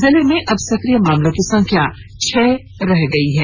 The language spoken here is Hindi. जिले में अब सक्रिय मामलों की संख्या छह रह गई है